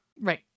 Right